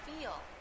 feel